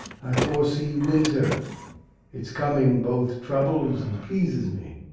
i foresee winter its coming both troubles and pleases me.